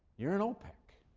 you're in opec.